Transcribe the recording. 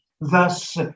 thus